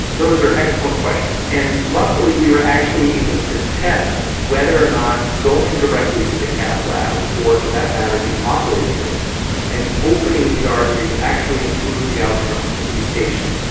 those are excellent questions, and is likely we were actually able to test whether or not going directly to the cath lab or for that matter the operating room and opening these arteries actually improve the outcomes for these patients,